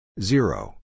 Zero